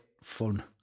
fun